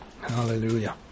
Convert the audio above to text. Hallelujah